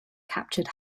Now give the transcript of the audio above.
captured